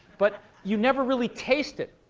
but you never really taste it.